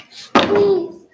Please